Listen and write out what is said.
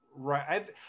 Right